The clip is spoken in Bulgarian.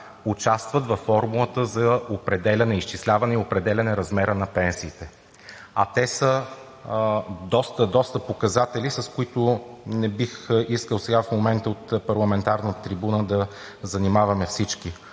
участват във формулата за изчисляване и определяне размера на пенсиите. А те са доста показатели, с които не бих искал сега в момента от парламентарната трибуна да занимаваме всички.